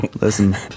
listen